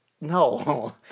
No